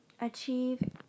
achieve